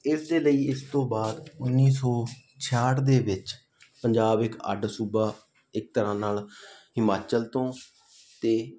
ਇਸ ਦੇ ਲਈ ਇਸ ਤੋਂ ਬਾਅਦ ਉੱਨੀ ਸੌ ਛਿਆਹਠ ਦੇ ਵਿੱਚ ਪੰਜਾਬ ਇੱਕ ਅੱਡ ਸੂਬਾ ਇੱਕ ਤਰ੍ਹਾਂ ਨਾਲ ਹਿਮਾਚਲ ਤੋਂ ਅਤੇ